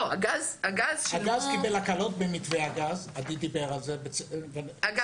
הגז קיבל הקלות במתווה הגז עדי דיבר על זה -- אגב,